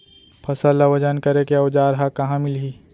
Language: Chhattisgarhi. फसल ला वजन करे के औज़ार हा कहाँ मिलही?